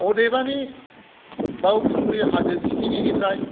अदेबानि बाउखुंग्रि हाजो थिखिनिनिफ्राय